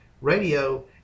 radio